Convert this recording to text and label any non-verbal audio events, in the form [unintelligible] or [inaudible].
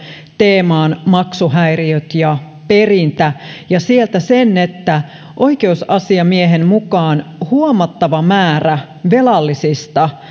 maksuhäiriöt ja perintä teeman ja sieltä sen että oikeusasiamiehen mukaan huomattava määrä velallisista [unintelligible]